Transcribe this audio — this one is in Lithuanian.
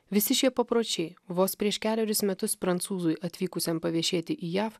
visi šie papročiai vos prieš kelerius metus prancūzui atvykusiam paviešėti į jav